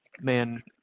man